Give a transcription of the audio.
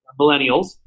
millennials